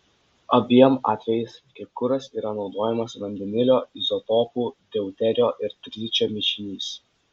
abiem atvejais kaip kuras yra naudojamas vandenilio izotopų deuterio ir tričio mišinys